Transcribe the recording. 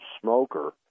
smoker